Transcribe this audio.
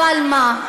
אבל מה?